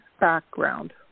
background